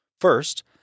First